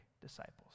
disciples